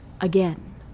again